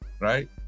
right